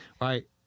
right